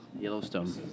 Yellowstone